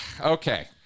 okay